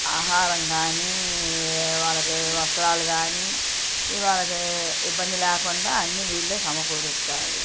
ఆహారం కానీవాళ్ళకి వస్త్రాలు కానీ వాళ్ళకి ఇబ్బంది లేకుండా అన్నీ వీళ్ళు సమకూరుస్తారు